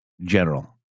general